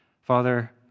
Father